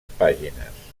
pàgines